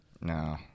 No